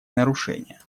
нарушения